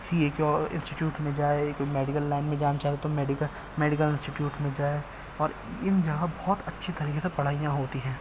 سی اے institute میں جائے کوئی میڈیکل لائن میں جانا چاہے تو میڈیکل میڈیکل انسٹیٹیوٹ میں جائے اور ان جگہ بہت اچھی طریقے سے پڑھائی ہوتی ہیں